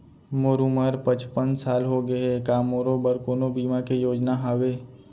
मोर उमर पचपन साल होगे हे, का मोरो बर कोनो बीमा के योजना हावे?